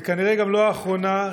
וכנראה גם לא האחרונה,